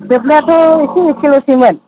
जोबनायाथ' एसे एसेल'सैमोन